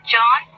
John